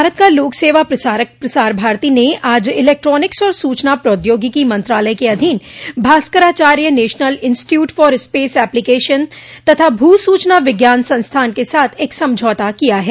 भारत का लोक सेवा प्रसारक प्रसार भरती ने आज इलेक्ट्रॉनिक्स और सूचना प्रौद्योगिकी मंत्रालय के अधीन Bhaskaracharya National Institute for Space Application तथा भू सूचना विज्ञान संस्थान के साथ एक समझौता किया है